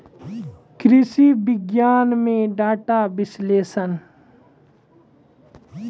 कृषि विज्ञान में डेटा विश्लेषण